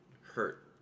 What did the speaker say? hurt